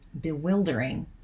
bewildering